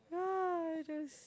yeah those